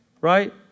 right